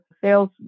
sales